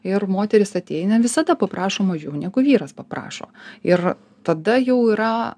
ir moterys ateina visada paprašo mažiau negu vyras paprašo ir tada jau yra